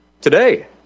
Today